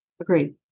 Agreed